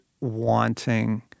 wanting